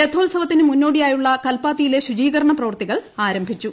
രഥോത്സവത്തിന് ശേഷം മുന്നോടിയായുള്ള കല്പാത്തിയിലെ ശുചീകരണ പ്രവർത്തികൾ ആരംഭിച്ചു